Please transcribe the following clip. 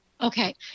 Okay